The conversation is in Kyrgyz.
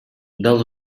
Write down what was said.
дал